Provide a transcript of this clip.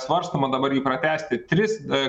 svarstoma dabar jį pratęsti tris